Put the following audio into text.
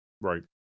right